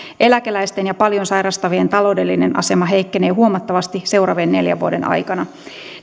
eläkeläisten ja paljon sairastavien taloudellinen asema heikkenee huomattavasti seuraavien neljän vuoden aikana